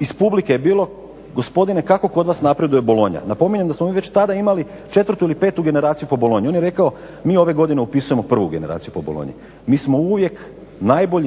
iz publike je bilo gospodine kako kod vas napreduje bolonja? Napominjem da smo mi već tada imali četvrtu ili petu generaciju po bolonji. On je rekao mi ove godine upisujemo prvu generaciju po bolonji. Mi smo uvijek,